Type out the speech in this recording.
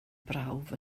brawf